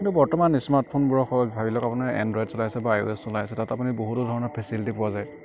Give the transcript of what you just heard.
কিন্তু বৰ্তমান ইস্মাৰ্টফোনবোৰৰ ভাবি লওক আপুনি এনদ্ৰইড চলাই আছে বা আই অ' এছ চলাই আছে তাত আপুনি বহুতো ধৰণৰ ফেচেলিটি পোৱা যায়